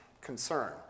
concern